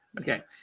Okay